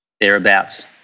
thereabouts